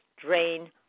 drain